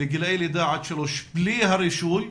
לגילי לידה עד שלוש בלי הרישוי,